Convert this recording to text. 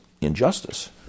injustice